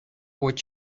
what